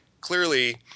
clearly